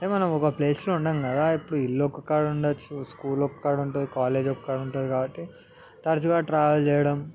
అంటే మనం ఒక ప్లేసులో ఉండం కదా ఇప్పుడు ఇల్లొక కాడ ఉండచ్చు స్కూల్ ఒక కాడ ఉంటుంది కాలేజ్ ఒక కాడ ఉంటుంది కాబట్టి తరచుగా ట్రావెల్ చేయడం